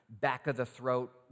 back-of-the-throat